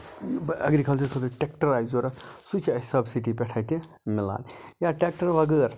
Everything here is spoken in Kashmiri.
اٮ۪گرِلَچر خٲطرٕ ٹیکٹر آسہِ ضوٚرتھ سُہ چھُ اَسہِ سَبسِڈی پٮ۪ٹھ اَتہِ مِلان یا ٹیکٹر بغٲر